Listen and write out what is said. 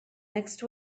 next